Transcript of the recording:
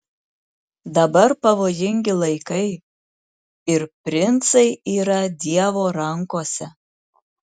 dabar pavojingi laikai ir princai yra dievo rankose